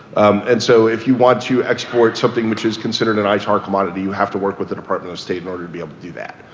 and so if you want to export something which is considered an itar commodity you have to work with the department of state and to to do that.